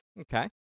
Okay